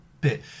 bit